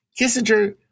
Kissinger